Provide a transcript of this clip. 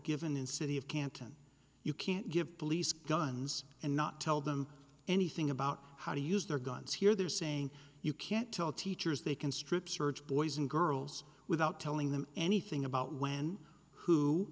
given in city of canton you can't give police guns and not tell them anything about how to use their guns here they're saying you can't tell teachers they can strip search boys and girls without telling them anything about when who